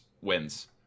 wins